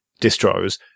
distros